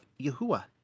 Yahuwah